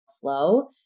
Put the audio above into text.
flow